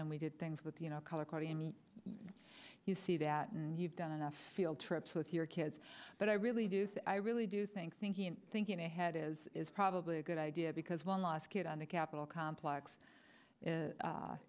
and we did things with you know color code any you see that and you've done enough field trips with your kids but i really do i really do think thinking and thinking ahead is is probably a good idea because one last hit on the capitol complex